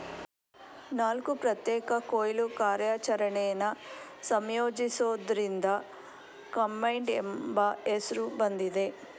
ನಾಲ್ಕು ಪ್ರತ್ಯೇಕ ಕೊಯ್ಲು ಕಾರ್ಯಾಚರಣೆನ ಸಂಯೋಜಿಸೋದ್ರಿಂದ ಕಂಬೈನ್ಡ್ ಎಂಬ ಹೆಸ್ರು ಬಂದಿದೆ